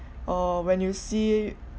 or when you see